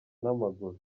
n’amaguru